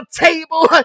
table